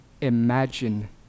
imagine